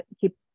keep